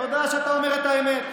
תודה שאתה אומר את האמת.